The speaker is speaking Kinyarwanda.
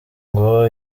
ngo